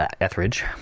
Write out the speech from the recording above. Etheridge